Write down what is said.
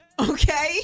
Okay